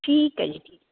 ਠੀਕ ਹੈ ਜੀ